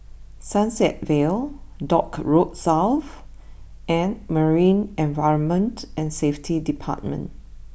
Sunset Vale Dock Road South and Marine Environment and Safety Department